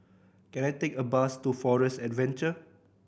can I take a bus to Forest Adventure